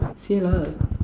say lah